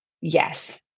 Yes